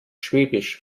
schwäbisch